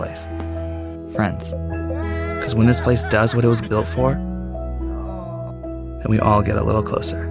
place friends is when this place does what it was built for and we all get a little closer